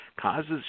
causes